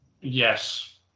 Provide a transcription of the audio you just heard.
Yes